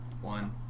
One